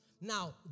Now